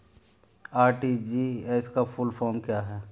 RTGS का full form क्या है?